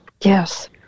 Yes